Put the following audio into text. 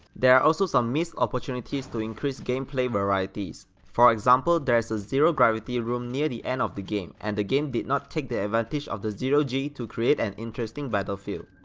there are also some missed opportunities to increase gameplay varieties. for example there's a zero gravity room near the end of the game and the game did not take the advantage of the zero g to create an interesting battlefield.